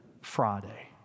Friday